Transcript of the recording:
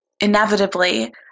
inevitably